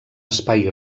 espai